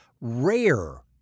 rare